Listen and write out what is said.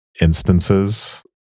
instances